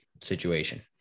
situation